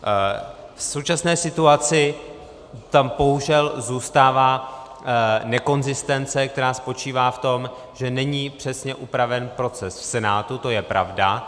V současné situaci tam bohužel zůstává nekonzistence, která spočívá v tom, že není přesně upraven proces v Senátu to je pravda.